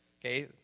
okay